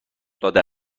داده